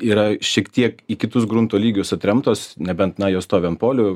yra šiek tiek į kitus grunto lygius atremtos nebent na jos stovi ant polių